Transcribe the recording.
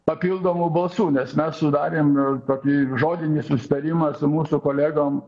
papildomų balsų nes mes sudarėm tokį žodinį susitarimą su mūsų kolegom